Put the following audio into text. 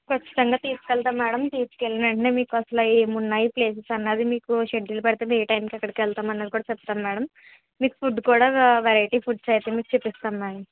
ఖచ్చితంగా తీసుకెళతాం మేడం తీసుకెళ్ళిన వెంటనే మీకు అసలు ఏమన్నాయి ప్లేసెస్ అన్నది మీకు షెడ్యూల్ పెడతాం ఏ టైంకి ఏక్కడికేల్తాం అన్నది కూడా చెప్తాం మేడం మీకు ఫుడ్ కూడా వెరైటీస్ అయితే చూపిస్తాం మేడం